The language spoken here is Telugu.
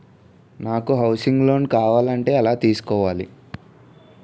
నాకు హౌసింగ్ లోన్ కావాలంటే ఎలా తీసుకోవాలి?